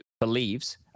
believes